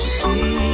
see